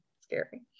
scary